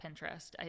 Pinterest